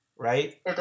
right